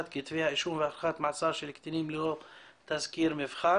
כתבי האישום והארכת המעצר של קטינים ללא תזכיר מבחן.